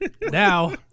Now